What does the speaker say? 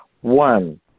One